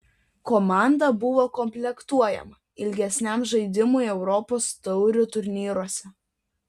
komanda buvo komplektuojama ilgesniam žaidimui europos taurių turnyruose